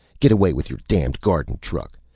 get away with your damned garden truck!